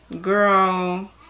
Girl